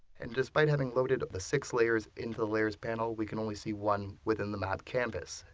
and despite having loaded the six layers into the layers panel, we can only see one within the map canvas.